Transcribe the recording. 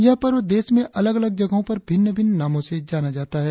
यह पर्व देश में अलग अलग जगहों पर भिन्न भिन्न नामो से जाना जाता है